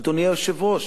אדוני היושב-ראש,